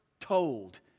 told